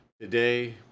today